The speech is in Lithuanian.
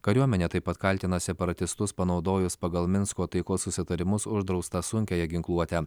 kariuomenė taip pat kaltina separatistus panaudojus pagal minsko taikos susitarimus uždraustą sunkiąją ginkluotę